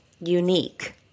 unique